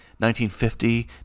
1950